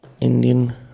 Indian